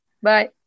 bye